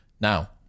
Now